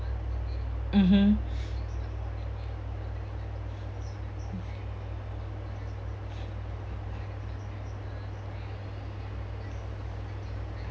mmhmm